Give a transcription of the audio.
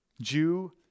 Jew